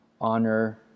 Honor